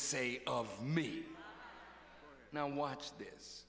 say of me now watch this